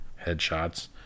Headshots